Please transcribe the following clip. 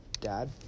dad